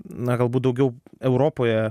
na galbūt daugiau europoje